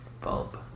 Bulb